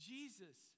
Jesus